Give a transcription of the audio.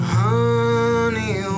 honey